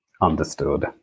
understood